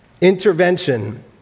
intervention